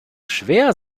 schwer